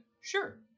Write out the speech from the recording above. Sure